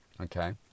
Okay